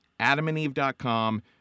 AdamAndEve.com